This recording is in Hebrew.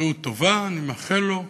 בריאות טובה אני מאחל לו.